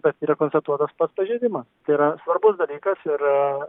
bet yra konstatuotas pats pažeidimas tai yra svarbus dalykas ir